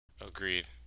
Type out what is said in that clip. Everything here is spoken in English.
agreed